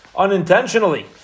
unintentionally